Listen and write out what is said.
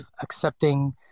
accepting